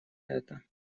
это